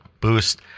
boost